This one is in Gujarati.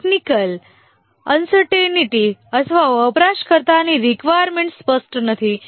ટેકનિકલ અનસર્ટેઈનિટી અથવા વપરાશકર્તાની રિકવાયર્મેન્ટ સ્પષ્ટ નથી